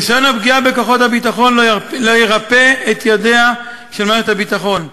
ניסיון הפגיעה בכוחות הביטחון לא ירפה את ידיה של מערכת הביטחון.